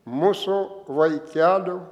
mūsų vaikelių